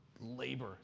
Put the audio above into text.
labor